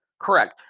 Correct